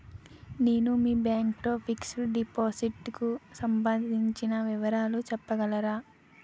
నేను మీ బ్యాంక్ లో ఫిక్సడ్ డెపోసిట్ కు సంబందించిన వివరాలు చెప్పగలరా?